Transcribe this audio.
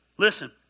Listen